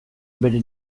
bere